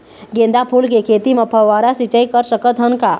गेंदा फूल के खेती म फव्वारा सिचाई कर सकत हन का?